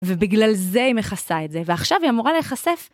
ובגלל זה היא מכסה את זה, ועכשיו היא אמורה להיחשף.